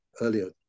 earlier